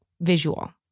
visual